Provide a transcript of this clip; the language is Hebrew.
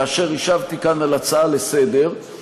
כאשר השבתי כאן על הצעה לסדר-היום,